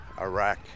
Iraq